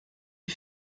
les